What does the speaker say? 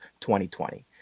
2020